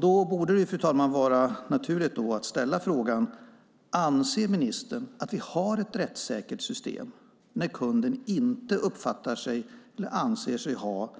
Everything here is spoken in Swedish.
Då borde det, fru talman, vara naturligt att ställa frågan: Anser ministern att vi har ett rättssäkert system när kunden inte anser sig ha